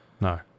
No